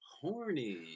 horny